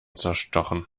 zerstochen